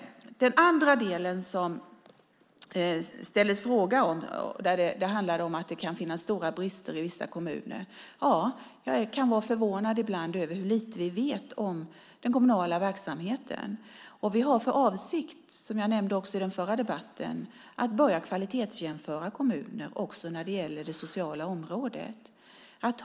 Den andra delen som det frågades om handlade om att det kan vara stora brister i vissa kommuner. Jag kan ibland vara förvånad över hur lite vi vet om den kommunala verksamheten. Som jag nämnde i den förra debatten har vi för avsikt att börja kvalitetsjämföra kommuner också när det gäller det sociala området.